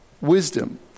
wisdom